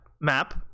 map